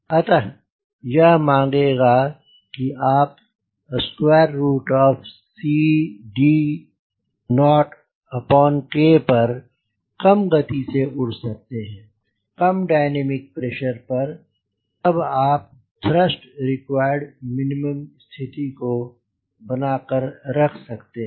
अतः यह माँगेगा कि आपCD0K पर कम गति से उड़ सकते हो कम डायनामिक प्रेशर पर तब आप थ्रस्ट रिक्वायर्ड मिनिमम स्थिति को बना कर रख सकते हैं